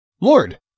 Lord